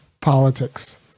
politics